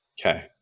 okay